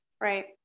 Right